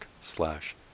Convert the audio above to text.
slash